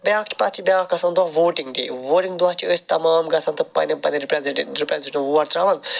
بیاکھ چھ پَتہٕ چھ بیاکھ آسان دۄہ ووٹِنٛگ ڈے ووٹِنٛگ دۄہ چھِ أسۍ تمام گَژھان تہٕ پَننیٚن پَننیٚن رِپریٚزنٹے رِپریٚزنٹن ووٹ تراوان